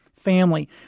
family